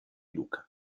luca